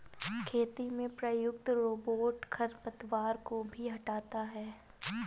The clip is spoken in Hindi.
खेती में प्रयुक्त रोबोट खरपतवार को भी हँटाता है